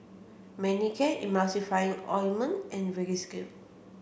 Manicare Emulsying Ointment and Vagisil